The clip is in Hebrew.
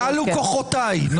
כלו כוחותיי.